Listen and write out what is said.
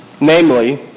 Namely